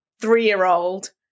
three-year-old